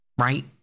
right